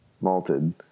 malted